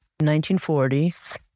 1940s